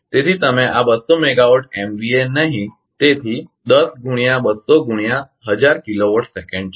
તેથી તમે આ 200 મેગાવાટ એમવીએ નહીં તેથી તે 10 ગુણ્યા 200 ગુણ્યા 1000 કિલોવોટ સેકંડ છે